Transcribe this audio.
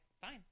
fine